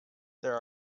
there